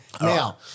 Now